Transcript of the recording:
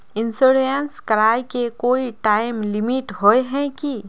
Insurance कराए के कोई टाइम लिमिट होय है की?